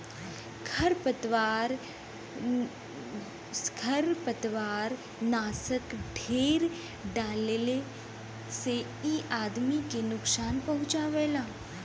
खरपतवारनाशक ढेर डलले से इ आदमी के नुकसान पहुँचावला